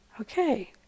Okay